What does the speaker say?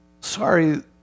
Sorry